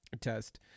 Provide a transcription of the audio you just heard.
test